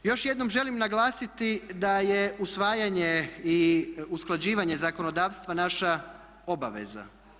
Još jednom želim naglasiti da je usvajanje i usklađivanje zakonodavstva naša obaveza.